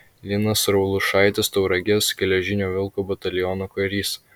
linas raulušaitis tauragės geležinio vilko bataliono karys